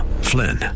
Flynn